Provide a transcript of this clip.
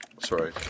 Sorry